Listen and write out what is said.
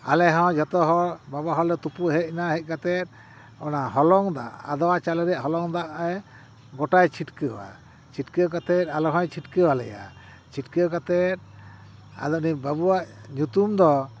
ᱟᱞᱮ ᱦᱚᱸ ᱡᱚᱛᱚ ᱦᱚᱲ ᱵᱟᱵᱟ ᱦᱚᱲ ᱞᱮ ᱛᱩᱯᱩ ᱦᱮᱡᱱᱟ ᱛᱩᱯᱩ ᱦᱮᱡ ᱠᱟᱛᱮᱫ ᱚᱱᱟ ᱦᱚᱞᱚᱝ ᱫᱟᱜ ᱟᱫᱚᱣᱟ ᱪᱟᱣᱞᱮ ᱨᱮᱭᱟᱜ ᱦᱚᱞᱚᱝ ᱫᱟᱜ ᱮ ᱜᱚᱴᱟᱭ ᱪᱷᱤᱴᱠᱟᱹᱣᱟ ᱪᱷᱤᱴᱠᱟᱹᱣ ᱠᱟᱛᱮᱫ ᱟᱞᱮ ᱦᱚᱸᱭ ᱪᱷᱤᱴᱠᱟᱹᱣᱟᱞᱮᱭᱟ ᱪᱷᱤᱴᱠᱟᱹᱣ ᱠᱟᱛᱮᱫ ᱟᱫᱚ ᱩᱱᱤ ᱵᱟᱹᱵᱩᱣᱟᱜ ᱧᱩᱛᱩᱢ ᱫᱚ